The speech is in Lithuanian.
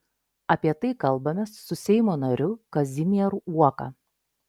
apie tai kalbamės su seimo nariu kazimieru uoka